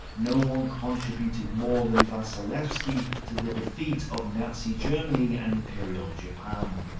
no one contributed more than vasilevsky to the defeat of nazi germany and imperial japan.